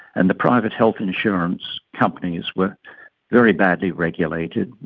and the private health insurance companies were very badly regulated.